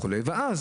ואם